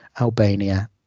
Albania